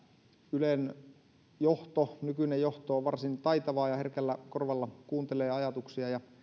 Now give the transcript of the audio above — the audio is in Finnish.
ylen nykyinen johto on varsin taitavaa ja herkällä korvalla kuuntelee ajatuksia ja